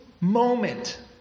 moment